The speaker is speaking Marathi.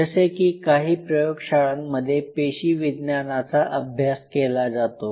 जसे की काही प्रयोगशाळांमध्ये पेशीविज्ञानाचा अभ्यास केला जातो